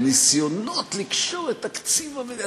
"ניסיונות לקשור את תקציב המדינה",